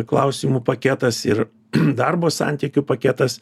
klausimų paketas ir darbo santykių paketas